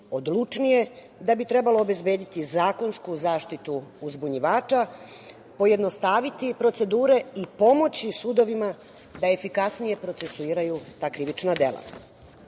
da bi trebalo obezbediti zakonsku zaštitu uzbunjivača, pojednostaviti procedure i pomoći sudovima da efikasnije procesuiraju ta krivična dela. Nije